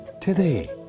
today